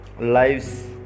lives